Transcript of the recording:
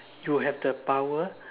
you will have the power